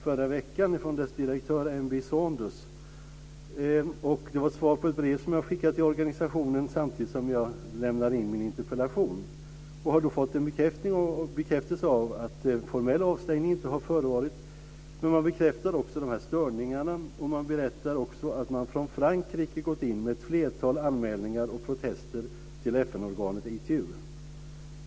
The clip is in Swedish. Saunders, som jag fick förra veckan. Det var ett svar på ett brev som jag skickade till organisationen samtidigt som jag lämnade in min interpellation. Jag har då fått en bekräftelse om att en formell avstängning inte har förevarit, men de här störningarna bekräftas, och man berättar att man från Frankrike har gått in med ett flertal anmälningar och protester till FN organet ITU.